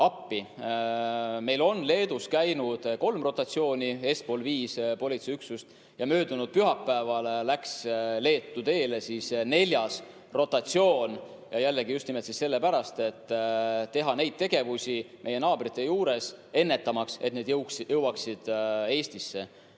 Meil on Leedus käinud kolm rotatsiooni ESTPOL5 politseiüksust ja möödunud pühapäeval läks Leetu teele neljas rotatsioon – jällegi just nimelt sellepärast, et teha neid tegevusi meie naabrite juures, ennetamaks seda, et need jõuaksid Eestisse.